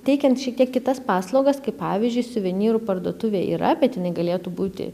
teikiant šiek tiek kitas paslaugas kaip pavyzdžiui suvenyrų parduotuvė yra bet jinai galėtų būti